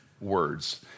words